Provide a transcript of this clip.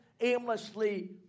aimlessly